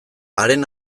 haren